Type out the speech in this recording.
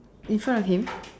in front of him